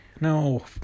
No